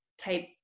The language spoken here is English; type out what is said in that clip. type